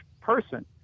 person